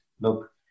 look